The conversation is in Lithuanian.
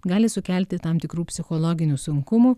gali sukelti tam tikrų psichologinių sunkumų